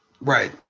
right